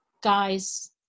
guys